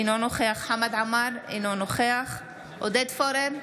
אינו נוכח חמד עמאר, אינו נוכח עודד פורר,